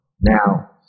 Now